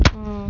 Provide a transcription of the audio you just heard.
mm